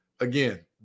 again